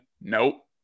Nope